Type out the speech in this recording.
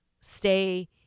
stay